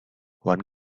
one